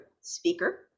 speaker